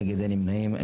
3 בעד, פה אחד.